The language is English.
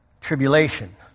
tribulation